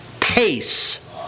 pace